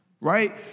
right